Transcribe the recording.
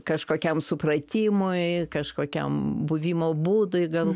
kažkokiam supratimui kažkokiam buvimo būdui gal